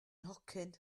nhocyn